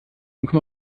kommen